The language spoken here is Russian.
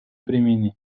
перемены